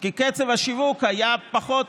כי קצב השיווק היה פחות,